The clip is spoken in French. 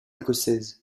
écossaise